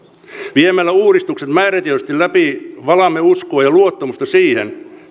viemällä uudistukset määrätietoisesti läpi valamme uskoa ja luottamusta siihen